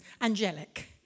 Angelic